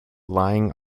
lying